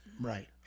Right